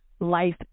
life